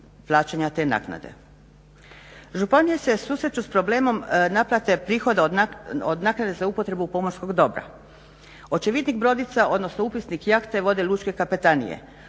plaćanja te naknade. Županije se susreću s problemom naplate prihoda od naknade za upotrebu pomorskog dobra. Očevidnik brodica, odnosno upisnik jahte vode lučke kapetanije.